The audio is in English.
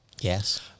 Yes